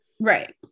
right